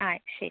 ആ ശരി